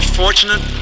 fortunate